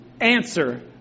answer